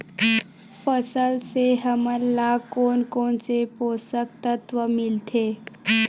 फसल से हमन ला कोन कोन से पोषक तत्व मिलथे?